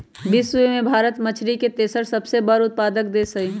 विश्व में भारत मछरी के तेसर सबसे बड़ उत्पादक देश हई